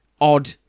odd